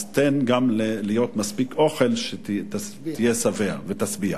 אז תן מספיק אוכל כדי שתהיה שבע, שתשביע.